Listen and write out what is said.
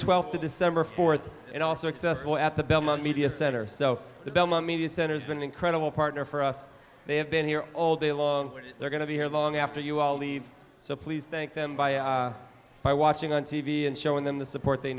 twelfth to december fourth and also accessible at the belmont media center so the belmont media center has been an incredible partner for us they have been here all day long they're going to be here long after you all leave so please thank them by watching on t v and showing them the support they